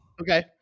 Okay